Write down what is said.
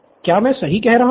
क्या मैं सही कह रहा हूँ